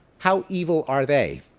how evil are they?